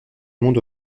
monde